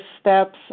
steps